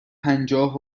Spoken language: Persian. پنجاه